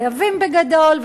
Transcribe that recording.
חייבים בגדול,